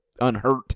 unhurt